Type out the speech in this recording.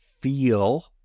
feel